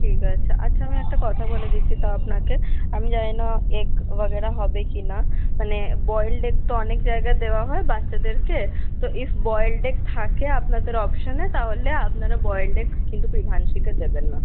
ঠিক আছে আচ্ছা আমি একটা কথা বলে দিচ্ছি তাও আপনাকে আমি জানিনা এগ ব্যগ্যেরা হবে কি না মানে বয়েলড এগ তো অনেক জায়গায় দেওয়া হয় বাচ্চাদের কে তো ইফ বয়েলড এগ থাকে আপনাদের অপশনে তাহলে আপনারা বয়েলড এগ কিন্তু প্রিভাংশী কে দেবেন না